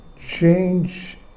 Change